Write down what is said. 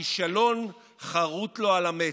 והכישלון חרות לו על המצח.